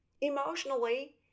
Emotionally